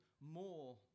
more